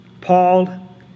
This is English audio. Paul